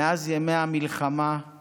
מאז ימי המלחמה /